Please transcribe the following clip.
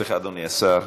סליחה, אדוני השר.